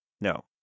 no